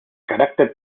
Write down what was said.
carácter